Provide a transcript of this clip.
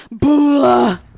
Bula